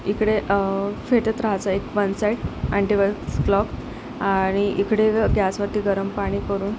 इकडे फेटत रहायचं एक वन साइड अँटीवाइज क्लॉक आणि इकडे ग गॅसवरती गरम पाणी करून